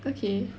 okay